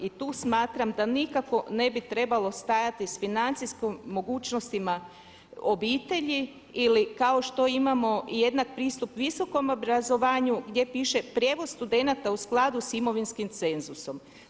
I tu smatram da nikako ne bi trebalo stajati s financijskim mogućnostima obitelji ili kao što imamo jednak pristup visokom obrazovanju gdje piše prijevoz studenata u skladu s imovinskim cenzusom.